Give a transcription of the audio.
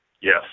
Yes